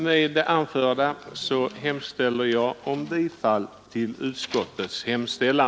Med det anförda yrkar jag bifall till utskottets hemställan.